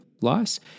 loss